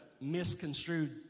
misconstrued